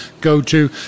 go-to